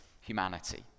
humanity